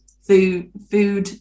food